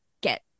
get